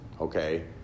okay